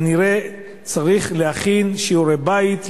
כנראה צריך להכין שיעורי בית,